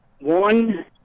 one